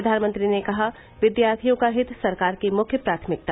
प्रधानमंत्री ने कहा विद्यार्थियों का हित सरकार की मुख्य प्राथमिकता